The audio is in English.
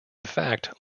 fact